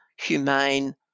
humane